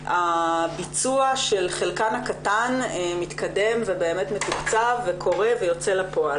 הביצוע של חלקן הקטן מתקדם ובאמת מתוקצב וקורא ויוצא לפועל.